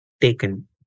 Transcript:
taken